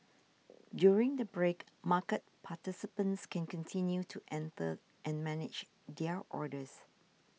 during the break market participants can continue to enter and manage their orders